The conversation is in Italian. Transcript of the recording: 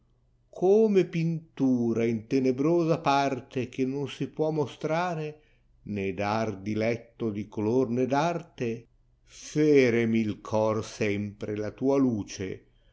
come pintura in tenebrosa parte che non si può mostrare né dar diletto di color ne d arte feremi il core sempre la tua luce